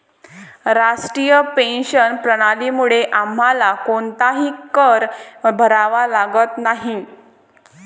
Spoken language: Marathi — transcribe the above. राष्ट्रीय पेन्शन प्रणालीमुळे आम्हाला कोणताही कर भरावा लागत नाही